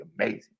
amazing